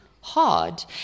hard